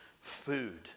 food